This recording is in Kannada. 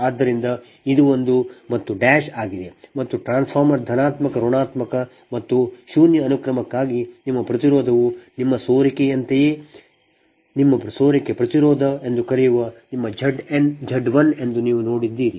ಆದ್ದರಿಂದ ಇದು ಒಂದು ಮತ್ತು ಡ್ಯಾಶ್ ಆಗಿದೆ ಮತ್ತು ಟ್ರಾನ್ಸ್ಫಾರ್ಮರ್ ಧನಾತ್ಮಕ ಋಣಾತ್ಮಕಮತ್ತು ಶೂನ್ಯ ಅನುಕ್ರಮಕ್ಕಾಗಿ ನಿಮ್ಮ ಪ್ರತಿರೋಧವು ನಿಮ್ಮ ಸೋರಿಕೆಯಂತೆಯೇ ನಿಮ್ಮ ಸೋರಿಕೆ ಪ್ರತಿರೋಧ ಎಂದು ಕರೆಯುವ ನಿಮ್ಮ Z 1 ಎಂದು ನೀವು ನೋಡಿದ್ದೀರಿ